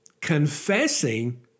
confessing